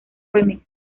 remix